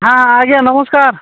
ହଁ ଆଜ୍ଞା ନମସ୍କାର